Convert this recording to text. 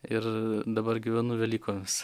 ir dabar gyvenu velykos